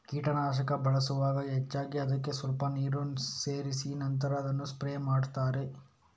ಕೀಟನಾಶಕ ಬಳಸುವಾಗ ಹೆಚ್ಚಾಗಿ ಅದ್ಕೆ ಸ್ವಲ್ಪ ನೀರು ಸೇರಿಸಿ ನಂತ್ರ ಅದನ್ನ ಸ್ಪ್ರೇ ಮಾಡ್ತಾರೆ